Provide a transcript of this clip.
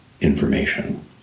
information